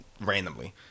randomly